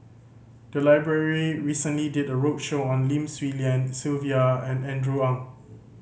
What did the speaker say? the library recently did a roadshow on Lim Swee Lian Sylvia and Andrew Ang